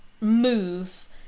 move